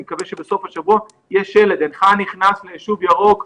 מקווה שבסוף השבוע יהיה שלט: "הנך נכנס ליישוב ירוק,